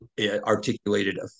articulated